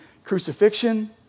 Crucifixion